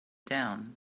down